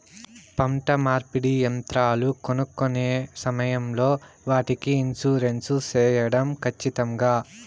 పంట నూర్పిడి యంత్రాలు కొనుక్కొనే సమయం లో వాటికి ఇన్సూరెన్సు సేయడం ఖచ్చితంగా?